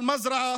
אל-מזרעה,